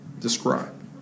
Describe